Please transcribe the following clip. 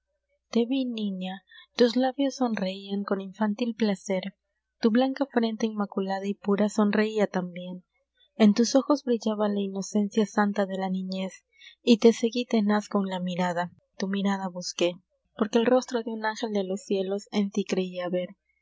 te ví niña tus labios sonreian con infantil placer tu blanca frente inmaculada y pura sonreia tambien en tus ojos brillaba la inocencia santa de la niñez y te seguí tenaz con la mirada tu mirada busqué porque el rostro de un ángel de los cielos en tí creia ver